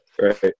Right